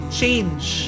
change